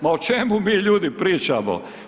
Ma o čemu mi ljudi, pričamo?